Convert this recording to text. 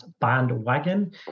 bandwagon